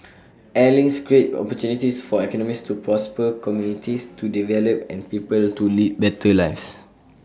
air links create opportunities for economies to prosper communities to develop and people to lead better lives